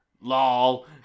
lol